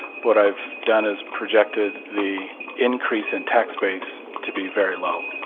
but i've done is projected the increase in tax base to be very low,